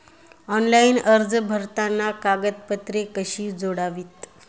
Online अर्ज भरताना कागदपत्रे कशी जोडावीत?